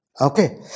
Okay